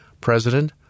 President